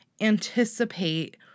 anticipate